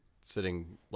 sitting